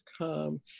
come